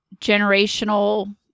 generational